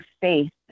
faith